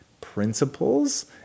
principles